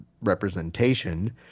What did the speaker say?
representation